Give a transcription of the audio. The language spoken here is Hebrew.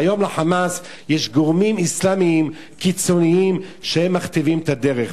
והיום ל"חמאס" יש גורמים אסלאמיים קיצוניים שמכתיבים את הדרך.